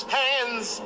hands